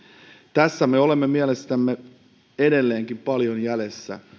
tässä me olemme mielestäni edelleenkin paljon jäljessä